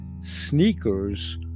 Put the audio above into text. sneakers